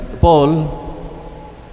Paul